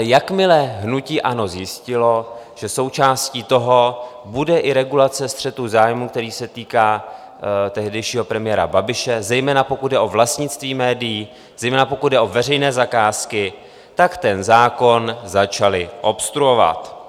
Jakmile hnutí ANO zjistilo, že součástí toho bude i regulace střetu zájmů, který se týká tehdejšího premiéra Babiše, zejména pokud jde o vlastnictví médií, zejména pokud jde o veřejné zakázky, tak ten zákon začali obstruovat.